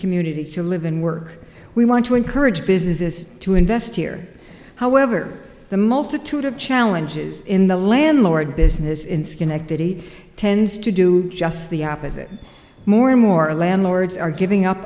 community to live and work we want to encourage businesses to invest here however the multitude of challenges in the landlord business in schenectady tends to do just the opposite more and more landlords are giving up